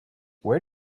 where